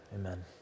amen